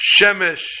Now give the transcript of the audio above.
Shemesh